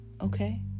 Okay